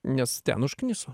nes ten užkniso